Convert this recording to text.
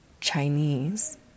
Chinese